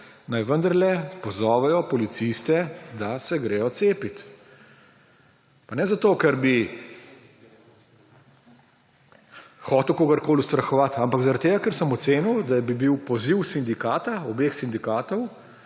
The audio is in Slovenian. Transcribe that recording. naj vendarle pozovejo policiste, da se gredo cepit. Pa ne zato, ker bi hotel kogarkoli ustrahovati, ampak ker sem ocenil, da bi bil poziv obeh sindikatov